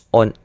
on